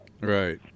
Right